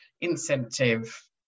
incentive